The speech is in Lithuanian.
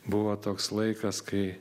buvo toks laikas kai